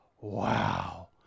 wow